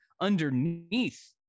underneath